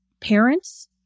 parents